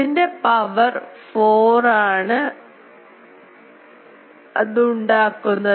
ഇതിൻറെ power 4 ആണ് അത് ഉണ്ടാക്കുന്നത്